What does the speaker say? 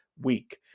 week